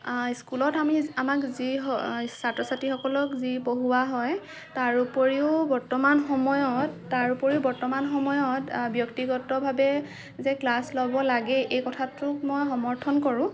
স্কুলত আমি আমাক যি ছাত্ৰ ছাত্ৰীসকলক যি পঢ়োৱা হয় তাৰ উপৰিও বৰ্তমান সময়ত তাৰ উপৰিও বৰ্তমান সময়ত ব্যক্তিগতভাৱে যে ক্লাছ ল'ব লাগে এই কথাটোক মই সমৰ্থন কৰোঁ